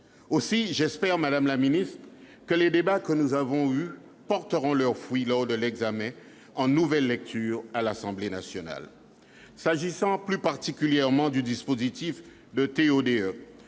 Aussi, j'espère, madame la ministre, que les débats que nous avons eus porteront leurs fruits lors de l'examen en nouvelle lecture à l'Assemblée nationale. S'agissant plus particulièrement du dispositif du TO-DE,